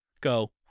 go